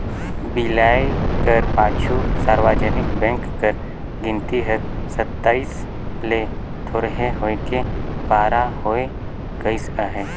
बिलाए कर पाछू सार्वजनिक बेंक कर गिनती हर सताइस ले थोरहें होय के बारा होय गइस अहे